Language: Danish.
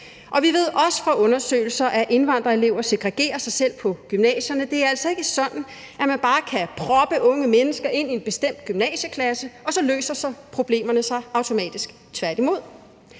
gå. Vi ved også fra undersøgelser, at indvandrerelever segregerer selv på gymnasierne. Det er altså ikke sådan, at man bare kan proppe unge mennesker ind en bestemt gymnasieklasse, og så løser problemerne sig automatisk, tværtimod.